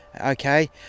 Okay